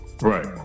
Right